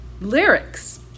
lyrics